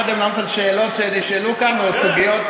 קודם לענות על שאלות שנשאלו כאן או סוגיות?